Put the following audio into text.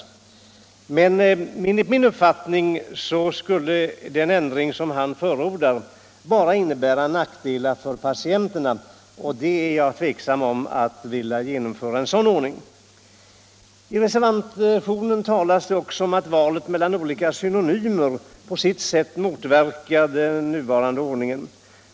Enligt min uppfattning skulle den ändring han förordar bara innebära nackdelar för patienterna. Jag är tveksam till att genomföra en sådan ordning. I reservationen talas det om att valet mellan olika synonymer på sitt sätt motverkar den nuvarande ordningen.